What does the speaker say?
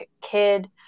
kid